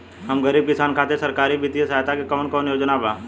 हम गरीब किसान खातिर सरकारी बितिय सहायता के कवन कवन योजना बा?